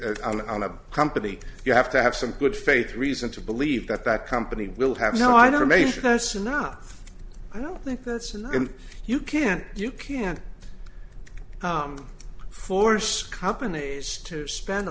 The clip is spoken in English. subpoena on a company you have to have some good faith reason to believe that that company will have no i never made us enough i don't think that's enough and you can't you can't force companies to spend a